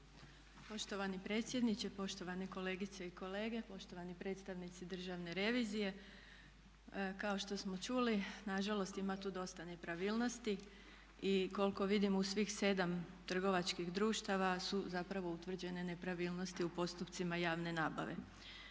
Poštovani predsjedniče, poštovane kolegice i kolege, poštovani predstavnici Državne revizije. Kao što smo čuli, na žalost ima tu dosta nepravilnosti i koliko vidim u svih 7 trgovačkih društava su zapravo utvrđene nepravilnosti u postupcima javne nabave.